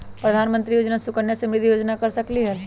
प्रधानमंत्री योजना सुकन्या समृद्धि योजना कर सकलीहल?